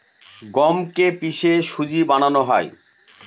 গমকে কে পিষে সুজি বানানো হয়